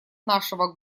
нашего